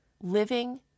living